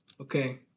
Okay